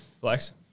flex